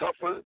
tougher